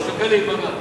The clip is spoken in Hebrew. אני שוקל להיפגע.